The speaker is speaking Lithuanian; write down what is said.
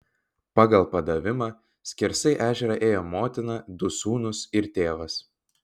pagal padavimą skersai ežerą ėjo motina du sūnūs ir tėvas